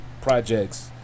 projects